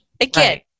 Again